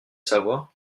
savoir